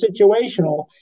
situational